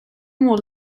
more